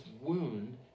wound